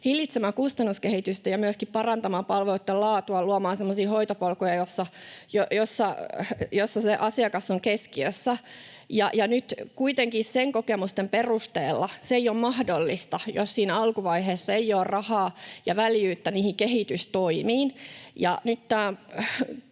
hillitsemään kustannuskehitystä ja myöskin parantamaan palveluitten laatua, luomaan semmoisia hoitopolkuja, joissa se asiakas on keskiössä. Ja nyt kuitenkin sen kokemuksen perusteella se ei ole mahdollista, jos siinä alkuvaiheessa ei ole rahaa ja väljyyttä niihin kehitystoimiin.